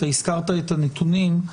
הזכרת את הנתונים.